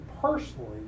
personally